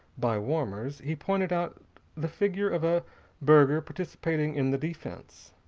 by warmers, he pointed out the figure of a burgher participating in the defense.